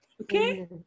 Okay